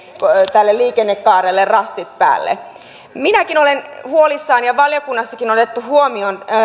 tälle liikennekaarelle rastit päälle minäkin olen huolissani ja valiokunnassakin on otettu huomioon